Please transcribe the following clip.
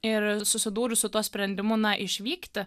ir susidūrus su tuo sprendimu na išvykti